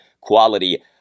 quality